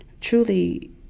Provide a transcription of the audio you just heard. truly